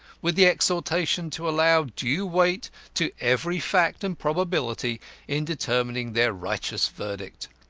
with the exhortation to allow due weight to every fact and probability in determining their righteous verdict.